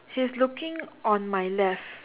he is looking on my left